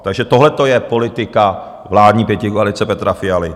Takže tohle to je politika vládní pětikoalice Petra Fialy.